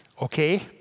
okay